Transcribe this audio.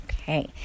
okay